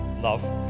love